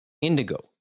Indigo